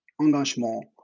engagement